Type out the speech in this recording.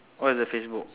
what's her facebook